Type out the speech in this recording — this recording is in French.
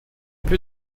peu